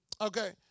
Okay